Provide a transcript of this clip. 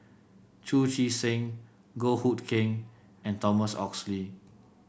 Chu Chee Seng Goh Hood Keng and Thomas Oxley